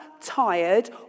tired